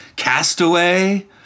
castaway